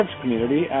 community